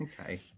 Okay